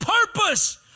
purpose